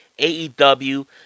AEW